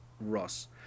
ross